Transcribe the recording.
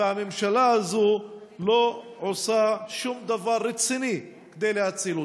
והממשלה הזו לא עושה שום דבר רציני כדי להציל אותם.